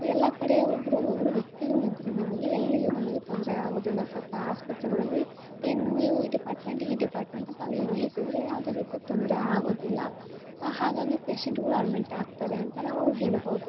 ಎಲ್ಲ ಕಡೆ ಒಬ್ರು ಒಬ್ಬೊಬ್ರು ವ್ಯಕ್ತಿಗಳ ಇದ್ದರೆ ನಮಗೆ ಎಲ್ಲಿಯೂ ನಮಗೆ ತೊಂದರೆ ಆಗೋದಿಲ್ಲ ಸರ್ಕಾ ಆಸ್ಪತ್ರೆಗಳಲ್ಲಿ ಏನು ನೀವು ಈ ಡಿಪಾರ್ಟ್ಮೆಂಟ್ ಈ ಡಿಪಾರ್ಟ್ಮೆಂಟ್ ಅಂತ ಅವ್ರಿಗೆ ವಹಿಸಿದರೆ ಯಾವುದೇ ರೀತಿ ತೊಂದರೆ ಆಗೋದಿಲ್ಲ ಹಾಗಾಗಿ ಪೇಶಂಟ್ಗಳು ಅಡ್ಮಿಂಟ್ ಆಗ್ತಾರೆ ಅಂತ ನಾವು ಹೇಳಬೌದು